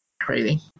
crazy